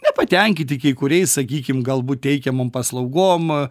nepatenkinti kai kuriais sakykim galbūt teikiamom paslaugom